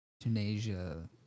Tunisia